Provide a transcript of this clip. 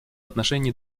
отношении